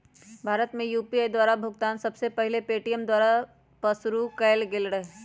भारत में यू.पी.आई द्वारा भुगतान सबसे पहिल पेटीएमें द्वारा पशुरु कएल गेल रहै